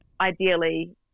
ideally